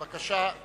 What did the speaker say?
בבקשה.